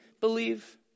believe